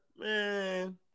man